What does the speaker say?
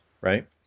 right